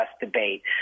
debate